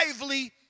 lively